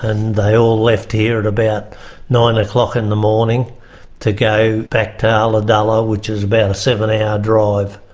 and they all left here at about nine o'clock in the morning to go back to ulladulla, which is about a seven-hour yeah drive.